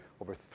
over